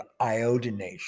iodination